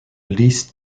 list